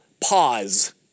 pause